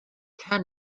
can